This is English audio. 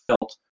felt